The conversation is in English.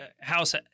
house